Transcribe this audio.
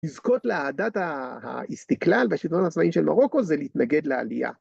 ‫לזכות לאהדת האשתיכלל ‫בשיטות העצמאיים של מרוקו ‫זה להתנגד לעלייה.